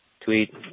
tweet